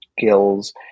skills